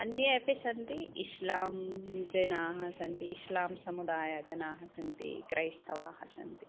अन्ये अपि सन्ति इश्लां जनाः सन्ति इश्लां समुदायजनाः सन्ति क्रैस्तवाः सन्ति